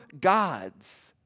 gods